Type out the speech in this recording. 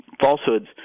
falsehoods